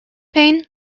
pain